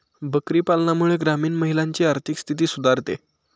बकरी पालनामुळे ग्रामीण महिलांची आर्थिक स्थिती सुधारते